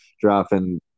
dropping